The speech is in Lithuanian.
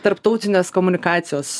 tarptautinės komunikacijos